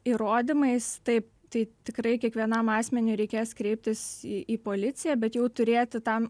įrodymais taip tai tikrai kiekvienam asmeniui reikės kreiptis į policiją bet jau turėti ten